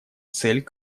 цель